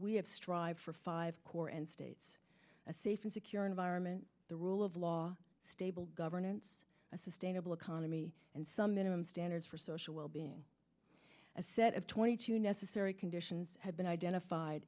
have strive for five core and states a safe and secure environment the rule of law stable governance a sustainable economy and some minimum standards for well being a set of twenty two necessary conditions have been identified